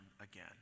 again